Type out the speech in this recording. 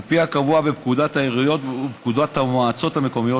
על פי הקבוע בפקודת העיריות ובפקודת המועצות המקומיות,